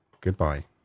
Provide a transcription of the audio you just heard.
Goodbye